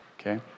okay